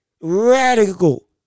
radical